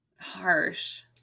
harsh